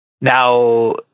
Now